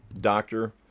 doctor